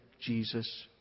Jesus